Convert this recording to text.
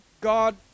God